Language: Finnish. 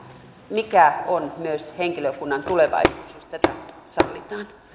mikä on henkilökunnan tulevaisuus jos tämä sallitaan